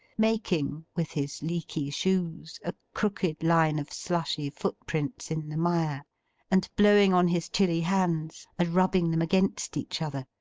making, with his leaky shoes, a crooked line of slushy footprints in the mire and blowing on his chilly hands and rubbing them against each other,